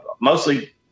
mostly